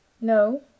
No